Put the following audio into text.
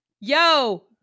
yo